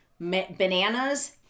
bananas